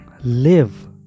live